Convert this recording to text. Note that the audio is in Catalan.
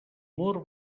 mur